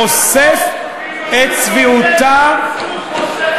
חושף את צביעותה, בזבוז כספי ציבור.